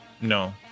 No